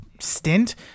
stint